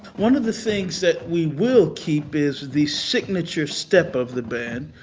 one of the things that we will keep is the signature step of the band,